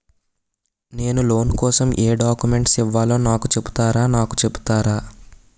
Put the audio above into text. నేను లోన్ కోసం ఎం డాక్యుమెంట్స్ ఇవ్వాలో నాకు చెపుతారా నాకు చెపుతారా?